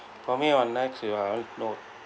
for me on next you are already know